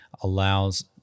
allows